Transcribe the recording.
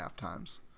halftimes